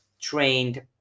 trained